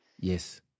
Yes